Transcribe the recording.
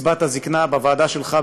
וקצבת הזקנה בוועדה שלך,